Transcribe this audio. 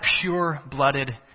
pure-blooded